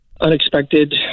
Unexpected